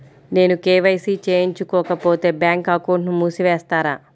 నేను కే.వై.సి చేయించుకోకపోతే బ్యాంక్ అకౌంట్ను మూసివేస్తారా?